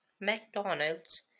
McDonald's